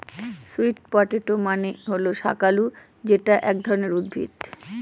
sweet potato মানে হল শাকালু যেটা এক ধরনের উদ্ভিদ